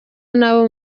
n’abo